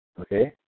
okay